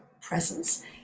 presence